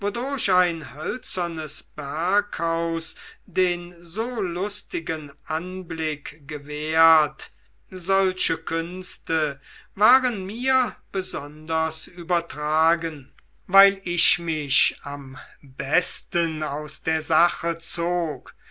ein hölzernes berghaus den so lustigen anblick gewährt solche künste waren mir besonders übertragen weil ich mich am besten aus der sache zog